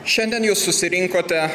šiandien jūs susirinkote